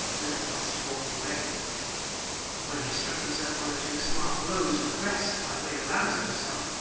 and the fast-falling rain when he struck himself one or two smart blows in the breast by way of rousing himself,